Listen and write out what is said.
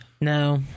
No